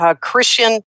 Christian